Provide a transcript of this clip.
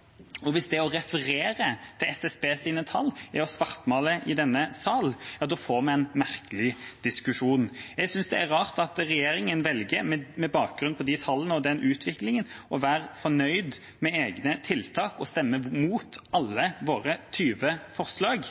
framskrivinger. Hvis det å referere til SSBs tall er å svartmale i denne sal, ja, da får vi en merkelig diskusjon. Jeg synes det er rart at regjeringa velger med bakgrunn i disse tallene og utviklingen å være fornøyd med egne tiltak, og at en stemmer mot alle våre 20 forslag